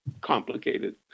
complicated